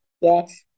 Yes